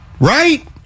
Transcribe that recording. Right